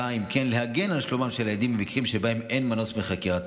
באה אם כן להגן על שלומם של הילדים במקרים שבהם אין מנוס מחקירתם,